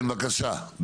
כן בבקשה.